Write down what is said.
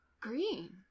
green